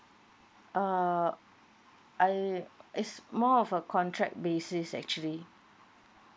err I it's more of a contract basis actually